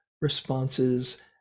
responses